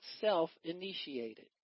self-initiated